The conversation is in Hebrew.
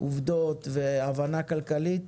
עובדות והבנה כלכלית,